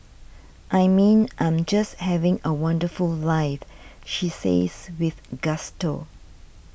I mean I'm just having a wonderful life she says with gusto